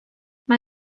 mae